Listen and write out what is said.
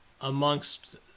amongst